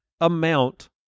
amount